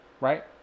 Right